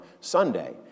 Sunday